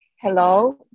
Hello